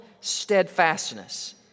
steadfastness